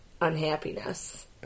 unhappiness